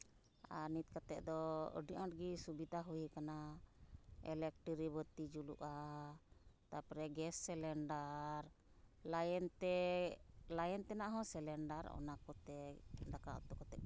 ᱟᱨ ᱱᱤᱛ ᱠᱟᱛᱮᱜ ᱫᱚ ᱟᱹᱰᱤ ᱟᱸᱴ ᱥᱩᱵᱤᱫᱷᱟ ᱦᱩᱭ ᱟᱠᱟᱱᱟ ᱤᱞᱮᱠᱴᱨᱤᱠ ᱵᱟᱹᱛᱤ ᱡᱩᱞᱩᱜᱼᱟ ᱛᱟᱨᱯᱚᱨᱮ ᱜᱮᱥ ᱥᱤᱞᱤᱱᱰᱟᱨ ᱞᱟᱭᱮᱱ ᱛᱮ ᱞᱟᱭᱤᱱ ᱛᱮᱱᱟᱜ ᱦᱚᱸ ᱥᱤᱞᱤᱱᱰᱟᱨ ᱚᱱᱟ ᱠᱚᱛᱮ ᱫᱟᱠᱟ ᱩᱛᱩ ᱠᱟᱛᱮᱫ